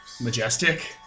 Majestic